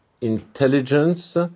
intelligence